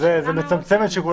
זה מצמצם את שיקול הדעת.